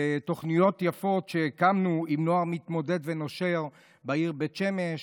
תוכניות יפות שהקמנו עם נוער מתמודד ונושר בעיר בית שמש,